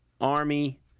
Army